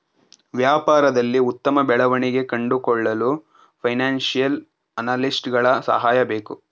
ವ್ಯಾಪಾರದಲ್ಲಿ ಉತ್ತಮ ಬೆಳವಣಿಗೆ ಕಂಡುಕೊಳ್ಳಲು ಫೈನಾನ್ಸಿಯಲ್ ಅನಾಲಿಸ್ಟ್ಸ್ ಗಳ ಸಹಾಯ ಬೇಕು